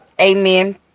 amen